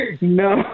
No